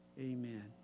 amen